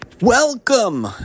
Welcome